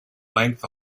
length